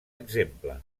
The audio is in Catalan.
exemple